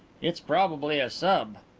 it's probably a sub.